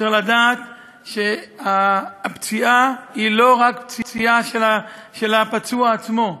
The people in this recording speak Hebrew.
צריך לדעת שהפציעה היא לא רק פציעה של הפצוע עצמו,